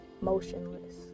motionless